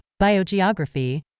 biogeography